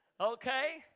Okay